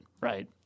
right